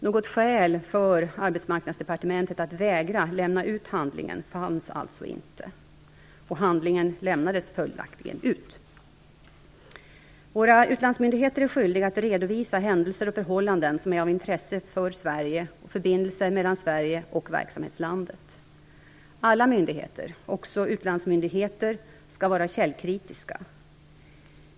Något skäl för Arbetsmarknadsdepartementet att vägra lämna ut handlingen fanns alltså inte, och handlingen lämnades följaktligen ut. Våra utlandsmyndigheter är skyldiga att redovisa händelser och förhållanden som är av intresse för Sverige och förbindelserna mellan Sverige och verksamhetslandet. Alla myndigheter, också utlandsmyndigheter, skall vara källkritiska.